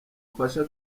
bufasha